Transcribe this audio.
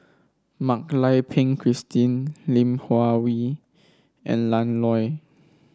Mak Lai Peng Christine Lim Hua Hwee and Lan Loy